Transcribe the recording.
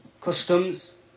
customs